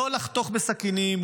לא לחתוך בסכינים,